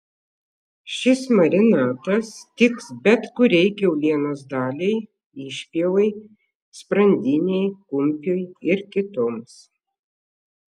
šis marinatas tiks bet kuriai kiaulienos daliai išpjovai sprandinei kumpiui ir kitoms